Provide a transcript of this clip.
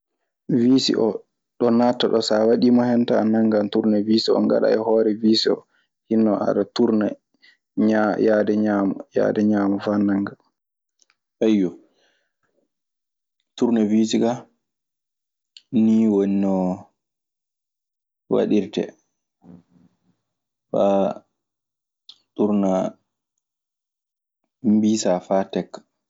Wiisi oo ɗo naata ɗoo sa a waɗii mo hen tan a nanngan turnewiisi oo. Ngaɗa e hoore wiisi oo, hinnoo aɗa turna ñaa- yaade ñaamo, yaade ñaamo faa nannga.